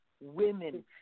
women